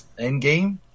Endgame